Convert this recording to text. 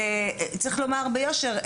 שצריך לומר ביושר,